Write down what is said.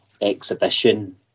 exhibition